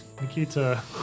Nikita